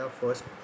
first